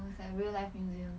like real life museum